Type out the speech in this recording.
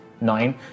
Nine